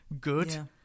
good